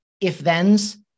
if-thens